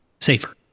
safer